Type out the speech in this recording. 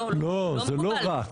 גברתי,